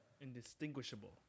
Indistinguishable